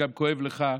שכואב גם לך,